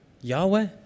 Yahweh